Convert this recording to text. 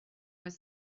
was